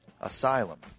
Asylum